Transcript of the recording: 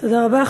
תודה רבה.